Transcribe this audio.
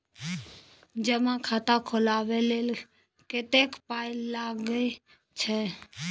जमा खाता खोलबा लेल कतेक पाय लागय छै